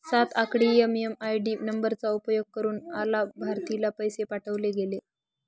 सात आकडी एम.एम.आय.डी नंबरचा उपयोग करुन अलाभार्थीला पैसे पाठवले गेले